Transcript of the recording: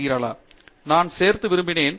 டங்கிராலா நான் சேர்க்க விரும்பினேன்